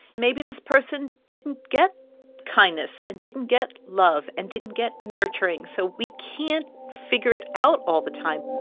maybe this person didn't get kindness and didn't get love and didn't get nurturing. so we can't figure it out all the time